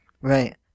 Right